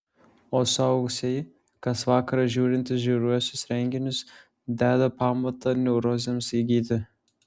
o suaugusieji kas vakarą žiūrintys žiauriuosius reginius deda pamatą neurozėms įgyti